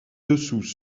dessous